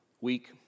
week